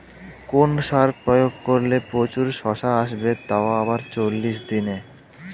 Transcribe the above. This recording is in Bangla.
কোন সার প্রয়োগ করলে প্রচুর শশা আসবে তাও আবার চল্লিশ দিনে?